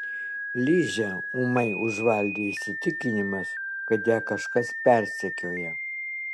ližę ūmai užvaldė įsitikinimas kad ją kažkas persekioja